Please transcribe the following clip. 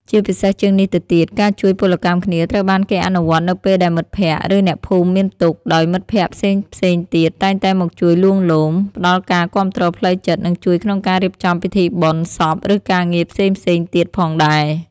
ជាពិសេសជាងនេះទៅទៀត ការជួយពលកម្មគ្នាត្រូវបានគេអនុវត្តនៅពេលដែលមិត្តភក្តិឬអ្នកភូមិមានទុក្ខ ដោយមិត្តភក្តិផ្សេងៗទៀតតែងតែមកជួយលួងលោម ផ្តល់ការគាំទ្រផ្លូវចិត្ត និងជួយក្នុងការរៀបចំពិធីបុណ្យសពឬការងារផ្សេងៗទៀតផងដែរ។